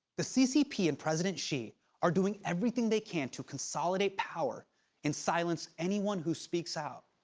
the ccp and president xi are doing everything they can to consolidate power and silence anyone who speaks out.